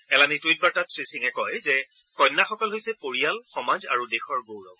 এলানি টুইটবাৰ্তাত শ্ৰীসিঙে কয় যে কন্যাসকল হৈছে পৰিয়াল সমাজ আৰু দেশৰ গৌৰৱ